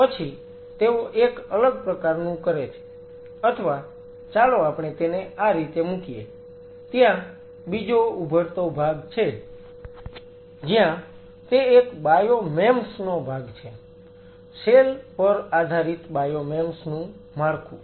પછી તેઓ એક અલગ પ્રકારનું કરે છે અથવા ચાલો આપણે તેને આ રીતે મૂકીએ ત્યાં બીજો ઉભરતો ભાગ છે જ્યાં તે એક બાયો મેમ્સ નો ભાગ છે સેલ પર આધારિત બાયો મેમ્સ નું માળખું